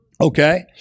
Okay